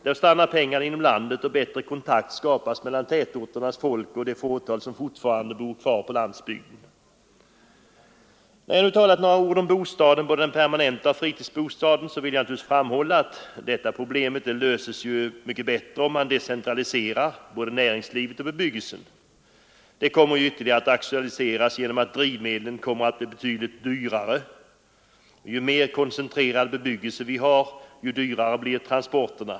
Då stannar pengarna inom landet, och bättre kontakt skapas mellan tätorternas folk och det fåtal som fortfarande bor kvar på landsbygden. När jag nu sagt några ord om bostaden — både den permanenta bostaden och fritidsbostaden — vill jag framhålla att detta problem naturligtvis löses mycket bättre om man decentraliserar både näringslivet och bebyggelsen. Detta problem kommer att ytterligare accentueras på grund av att drivmedlen blir betydligt dyrare. Ju mer koncentrerad bebyggelse vi har, desto dyrare blir transporterna.